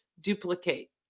duplicate